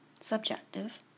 Subjective